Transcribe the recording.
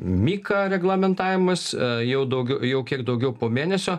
mika reglamentavimas jau daugiau jau kiek daugiau po mėnesio